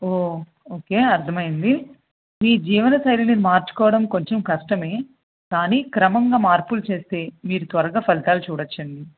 ఓ okay అర్దమైంది మీ జీవనశైలిని మార్చుకోవడం కొంచెం కష్టమే కానీ క్రమంగా మార్పులు చేస్తే మీరు త్వరగా ఫలితాలు చూడొచ్చండి